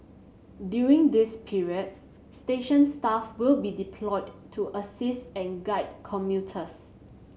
during this period station staff will be deployed to assist and guide commuters